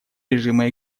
режима